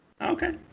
Okay